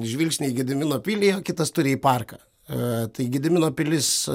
žvilgsnį į gedimino pilį kitas turi į parką tai gedimino pilis